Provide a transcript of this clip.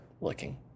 looking